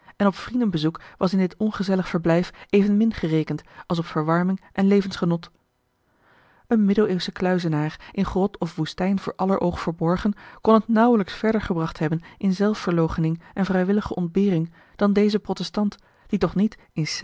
en op vriendenbezoek was in dit ongezellig verblijf evenmin gerekend als op verwarming en levensgenot een middeleeuwsche kluizenaar in grot of woestijn voor aller oog verborgen kon het nauwelijks verder gebracht hebben in zelfverloochening en vrijwillige ontbering dan deze protestant die toch niet in